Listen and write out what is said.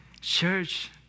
Church